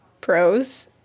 Pros